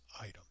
item